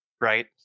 right